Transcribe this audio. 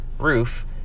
roof